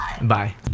Bye